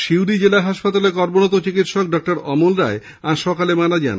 সিউড়ি জেলা হাসপাতালে কর্মরত চিকিৎসক ডাক্তার অমল রায় আজ সকালে মারা যান